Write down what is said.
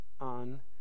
on